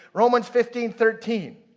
romans fifteen thirteen,